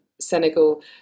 Senegal